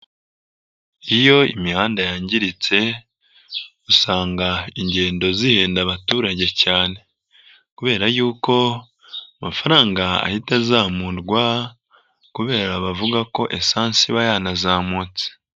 Iyo imihanda yangiritse usanga ingendo zihenda abaturage cyane, kubera yuko amafaranga ahita azamurwa kubera bavuga ko esansi iba yanazamutse.